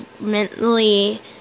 mentally